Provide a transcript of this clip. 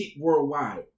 worldwide